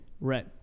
Red